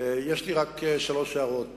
יש לי רק שלוש הערות.